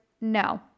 no